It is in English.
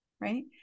right